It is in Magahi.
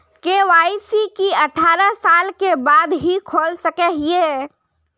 के.वाई.सी की अठारह साल के बाद ही खोल सके हिये?